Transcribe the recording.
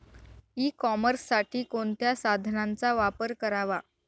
E कॉमर्ससाठी कोणत्या साधनांचा वापर करावा?